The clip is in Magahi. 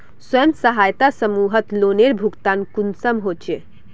स्वयं सहायता समूहत लोनेर भुगतान कुंसम होचे?